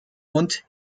und